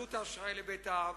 עלות האשראי לבית האב,